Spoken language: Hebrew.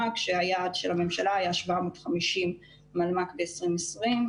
כשהיעד של הממשלה היה 750 מלמ"ק ב-2020.